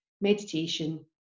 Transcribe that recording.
meditation